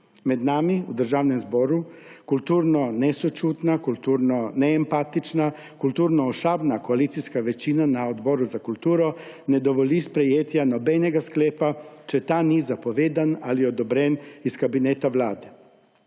Med nami, v Državnem zboru, kulturno nesočutna, kulturno neempatična, kulturno ošabna koalicijska večina na Odboru za kulturo ne dovoli sprejetja nobenega sklepa, če ta ni zapovedan ali odobren iz kabineta Vlade.